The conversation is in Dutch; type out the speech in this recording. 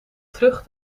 terug